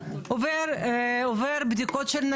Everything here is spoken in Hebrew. איך בדקת?